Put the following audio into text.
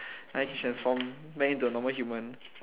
like I can transform back into a normal human